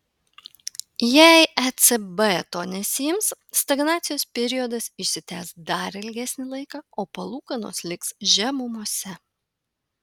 jei ecb to nesiims stagnacijos periodas išsitęs dar ilgesnį laiką o palūkanos liks žemumose